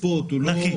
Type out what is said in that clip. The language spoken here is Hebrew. שיהיה נקי.